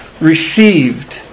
received